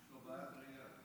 יש לו בעיית ראייה.